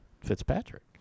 Fitzpatrick